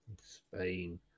Spain